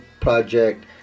project